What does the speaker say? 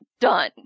done